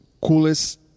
coolest